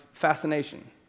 fascination